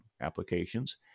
applications